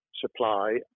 supply